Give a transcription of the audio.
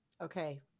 Okay